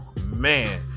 man